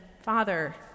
Father